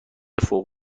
فوق